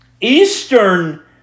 Eastern